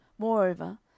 Moreover